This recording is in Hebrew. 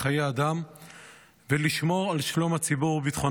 אדם ולשמור על שלום הציבור וביטחונו.